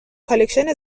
کالکشن